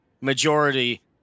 majority